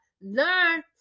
learn